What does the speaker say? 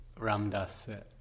Ramdas